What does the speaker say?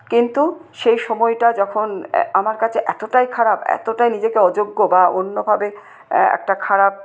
কিন্তু সেই সময়টা যখন আমার কাছে এতটাই খারাপ এতটাই নিজেকে অযোগ্য বা অন্যভাবে একটা খারাপ